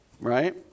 right